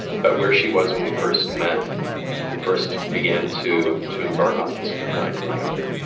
but where she was when we first met and first began to to embark on this kind of life together,